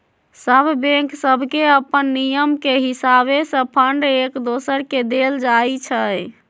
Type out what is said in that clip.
सभ बैंक सभके अप्पन नियम के हिसावे से फंड एक दोसर के देल जाइ छइ